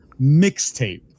mixtape